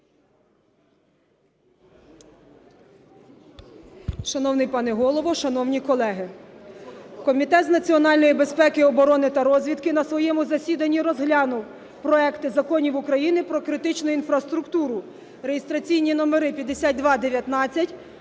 Шановний пане Голово, шановні колеги, Комітет з національної безпеки, оборони та розвідки на своєму засіданні розглянув проекти законів України про критичну інфраструктуру (реєстраційні номери 5219,